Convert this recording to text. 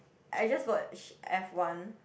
I just watch F one